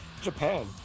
Japan